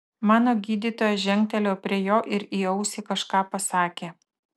mano gydytojas žengtelėjo prie jo ir į ausį kažką pasakė